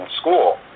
school